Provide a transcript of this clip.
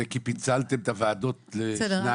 זה כי פיצלתם את הוועדות לשניים את